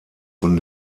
von